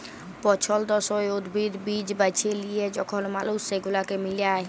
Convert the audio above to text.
পছল্দসই উদ্ভিদ, বীজ বাছে লিয়ে যখল মালুস সেগুলাকে মিলায়